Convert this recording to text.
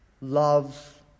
Love